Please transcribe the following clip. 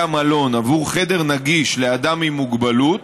המלון עבור חדר נגיש לאדם עם מוגבלות